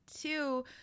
two